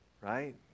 right